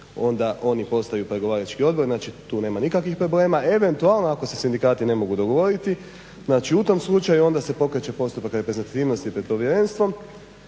onda oni postaju pregovarački odbor. Znači tu nema nikakvih problema, eventualno ako se sindikati ne mogu dogovoriti znači u tom slučaju onda se pokreće postupak reprezentativnosti pred povjerenstvom